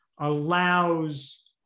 allows